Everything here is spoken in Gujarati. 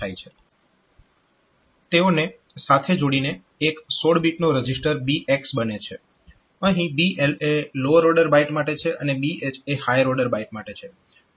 તેઓને સાથે જોડીને એક 16 બીટનો રજીસ્ટર BX બને છે અહીં BL એ લોઅર ઓર્ડર બાઈટ માટે છે અને BH એ હાયર ઓર્ડર બાઈટ માટે છે